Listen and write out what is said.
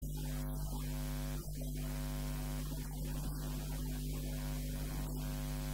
המבט. המבט הפנימי, המבט המהותי.